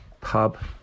pub